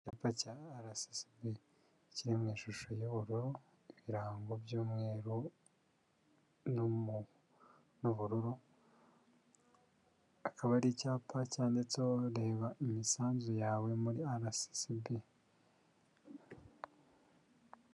Icyapa cya arayesesibi kiri mu ishusho y'ubururu ibirango by'umweru n'ubururu, akaba ari icyapa cyanditseho reba imisanzu yawe muri arayesesibi.